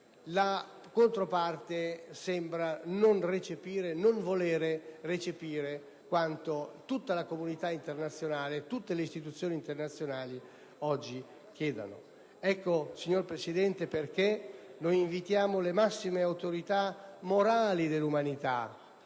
la controparte sembra non voler recepire ciò che la comunità internazionale e tutte le istituzioni internazionali oggi chiedono. Per questi motivi, signor Presidente, invitiamo le massime autorità morali dell'umanità